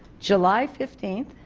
july fifth.